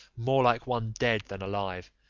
more like one dead than alive,